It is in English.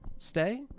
Stay